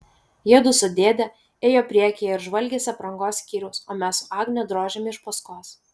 jiedu su dėde ėjo priekyje ir žvalgėsi aprangos skyriaus o mes su agne drožėme iš paskos